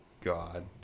God